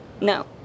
No